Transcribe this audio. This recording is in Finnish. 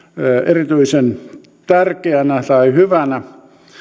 erityisen tärkeänä tai hyvänä